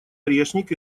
орешник